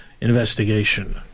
investigation